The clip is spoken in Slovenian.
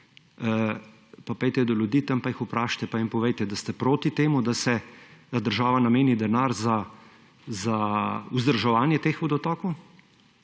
pa pojdite do ljudi tam, pa jih vprašajte, pa jim povejte, da ste proti temu, da država nameni denar za vzdrževanje teh vodotokov.